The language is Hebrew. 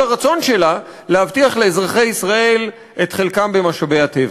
הרצון שלה להבטיח לאזרחי ישראל את חלקם במשאבי הטבע.